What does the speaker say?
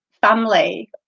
Family